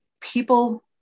People